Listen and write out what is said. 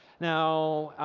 now,